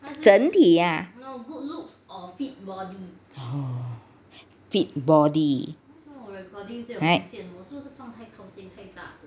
整体 ah oo fit body right